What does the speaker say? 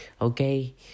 Okay